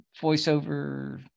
voiceover